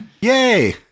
Yay